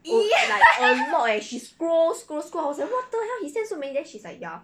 !ee!